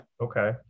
Okay